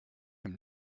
him